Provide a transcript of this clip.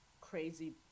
crazy